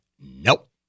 nope